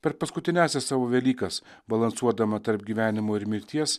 per paskutiniąsias savo velykas balansuodama tarp gyvenimo ir mirties